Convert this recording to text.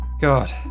god